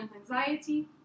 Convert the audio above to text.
anxiety